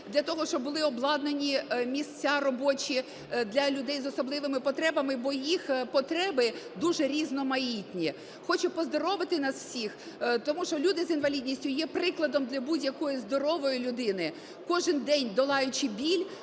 для того, щоб були обладнані місця робочі для людей з особливими потребами, бо їх потреби дуже різноманітні. Хочу поздоровити нас всіх, тому що люди з інвалідністю є прикладом для будь-якої здорової людини. Кожен день, долаючи біль,